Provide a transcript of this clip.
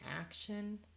action